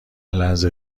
لحظه